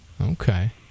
Okay